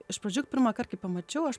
iš pradžių pirmąkart kai pamačiau aš